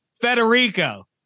Federico